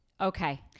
okay